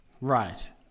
Right